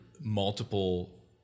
multiple